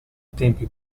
tempi